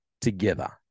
together